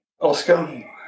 Oscar